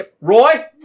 Roy